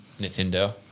Nintendo